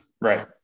Right